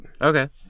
Okay